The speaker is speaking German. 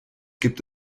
gibt